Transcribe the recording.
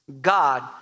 God